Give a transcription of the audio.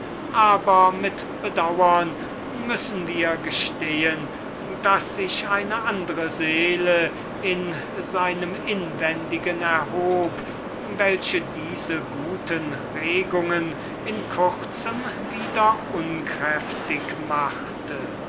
aber mit bedauern müssen wir gestehen daß sich eine andre seele in seinem inwendigen erhob welche die würkung dieser guten regungen in kurzem wieder unkräftig machte